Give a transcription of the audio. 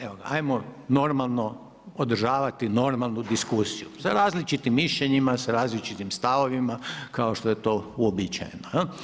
Evo ga, hajmo normalno održavati normalnu diskusiju sa različitim mišljenjima, sa različitim stavovima kao što je to uobičajeno.